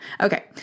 Okay